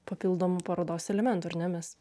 papildomų parodos elementų ar ne mes